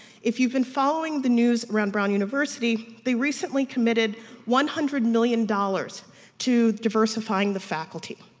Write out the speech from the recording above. if you've been following the news around brown university, they recently committed one hundred million dollars to diversifying the faculty.